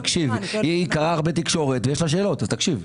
היא קראה הרבה תקשורת ויש לה שאלות אז תקשיב.